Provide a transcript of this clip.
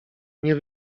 nie